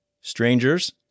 Strangers